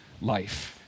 life